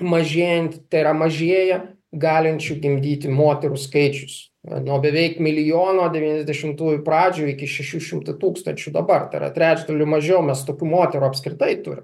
mažėjantį tai yra mažėja galinčių gimdyti moterų skaičius na nuo beveik milijono devyniasdešimtųjų pradžioj iki šešių šimtų tūkstančių dabar tai yra trečdaliu mažiau mes tokių moterų apskritai turim